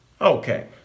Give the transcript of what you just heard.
Okay